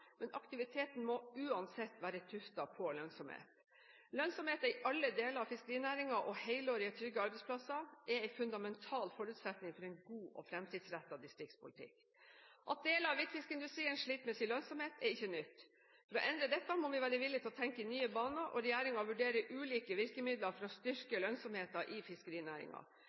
men aktiviteten må uansett være tuftet på lønnsomhet. Lønnsomhet i alle deler av fiskerinæringen og helårige, trygge arbeidsplasser er en fundamental forutsetning for en god og fremtidsrettet distriktspolitikk. At deler av hvitfiskindustrien sliter med lønnsomheten, er ikke noe nytt. For å endre dette må vi være villige til å tenke i nye baner. Regjeringen vurderer ulike virkemidler for å styrke lønnsomheten i